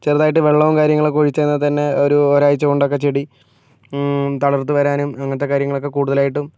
ചെറുതായിട്ട് വെള്ളവും കാര്യങ്ങളൊക്കെ ഒഴിച്ച് കഴിഞ്ഞാൽ തന്നെ ഒരു ഒരാഴ്ചകൊണ്ടൊക്കെ ചെടി തളിർത്ത് വരാനും അങ്ങനത്തെ കാര്യങ്ങളൊക്കെ കൂടുതലായിട്ടും